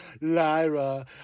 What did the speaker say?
lyra